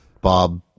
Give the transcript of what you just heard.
Bob